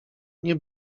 nie